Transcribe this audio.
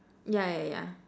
yeah yeah yeah